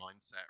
mindset